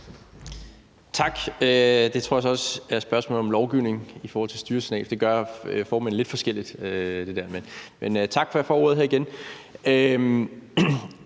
Tak. Det tror jeg så også er et spørgsmål om lovgivning i forhold til styresignaler, for det der gør formændene lidt forskelligt. Men tak for, at jeg får ordet her igen.